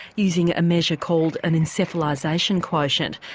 using a measure called an encephalisation quotient,